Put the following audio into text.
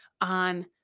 on